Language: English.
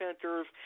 centers